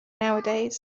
nowadays